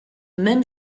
même